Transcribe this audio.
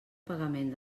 pagament